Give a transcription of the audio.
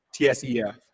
TSEF